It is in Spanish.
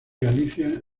galicia